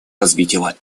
развития